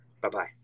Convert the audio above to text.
Bye-bye